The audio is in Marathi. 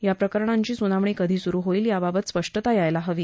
या प्रकरणांची सुनावणी कधी सुरू होईल याबाबत काहीतरी स्पष्टता यायला हवी